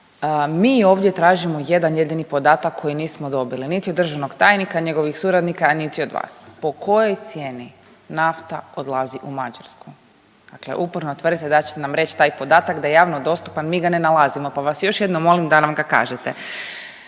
Mi ovdje tražimo jedan jedini podatak koji nismo dobili niti od državnog tajnika, njegovih suradnika, a niti od vas. Po kojoj cijeni nafta odlazi u Mađarsku, dakle uporno tvrdite da ćete nam reć taj podatak, da je javno dostupan, mi ga ne nalazimo, pa vas još jednom molim da nam ga kažete.